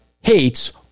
hates